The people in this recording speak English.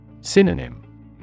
Synonym